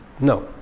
No